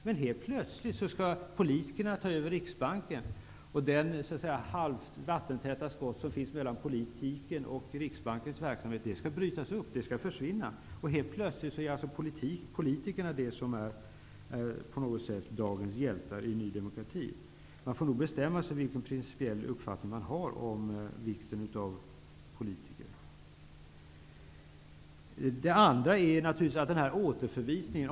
Men helt plötsligt skall politikerna ta över Riksbanken, och de halvt vattentäta skott som finns mellan politiken och Riksbankens verksamhet skall brytas upp och försvinna. Helt plötsligt är politikerna på något sätt dagens hjältar i Ny demokrati. Man får nog bestämma sig för vilken principiell uppfattning man har om politikers betydelse. Det andra gäller återförvisningen.